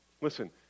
Listen